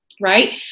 right